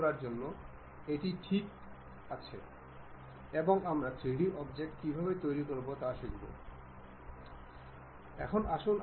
এর জন্য আমাদের অন্য কিছু জিওমেট্রি প্রয়োজন